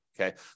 Okay